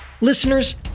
Listeners